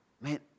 Man